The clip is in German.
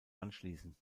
anschließen